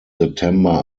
september